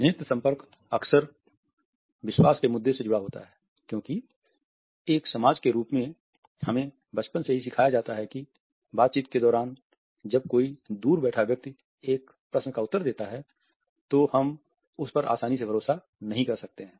नेत्र संपर्क अक्सर विश्वास के मुद्दे से जुड़ा होता है क्योंकि एक समाज के रूप में हमें बचपन से ही सिखाया जाता है कि बातचीत के दौरान जब कोई दूर बैठा व्यक्ति एक प्रश्न का उत्तर देता है तो हम उस पर आसानी से भरोसा नहीं कर सकते हैं